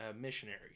missionary